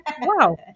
wow